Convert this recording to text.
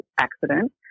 accident